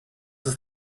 ist